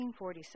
1947